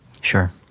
Sure